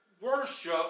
worship